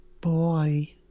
Boy